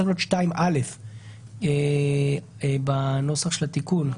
צריך להיות 2א בנוסח של התיקון.